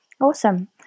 Awesome